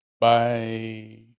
Bye